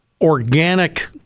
organic